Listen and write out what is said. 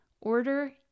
order